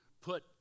put